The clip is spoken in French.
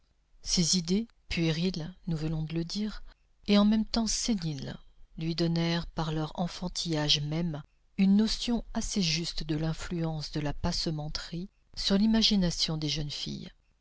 ces idées puériles nous venons de le dire et en même temps séniles lui donnèrent par leur enfantillage même une notion assez juste de l'influence de la passementerie sur l'imagination des jeunes filles